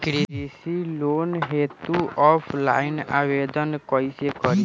कृषि लोन हेतू ऑफलाइन आवेदन कइसे करि?